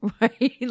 right